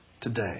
today